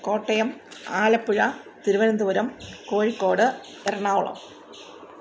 Kottayam Alappuzha Thiruvananthapuram Kozhikode Ernakulam